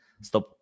stop